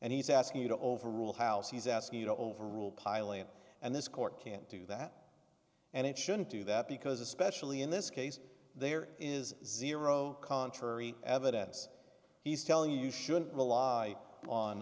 and he's asking you to overrule house he's asking you to overrule pilot and this court can't do that and it shouldn't do that because especially in this case there is zero contrary evidence he's telling you you shouldn't rely on